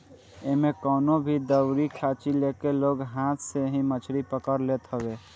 एमे कवनो भी दउरी खाची लेके लोग हाथ से ही मछरी पकड़ लेत हवे